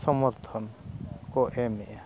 ᱥᱚᱢᱚᱨᱛᱷᱚᱱ ᱠᱚ ᱮᱢᱮᱜᱼᱟ